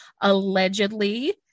allegedly